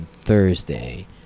Thursday